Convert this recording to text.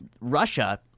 Russia